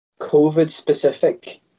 COVID-specific